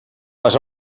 les